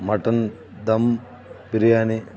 mutton dum biryani